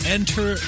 Enter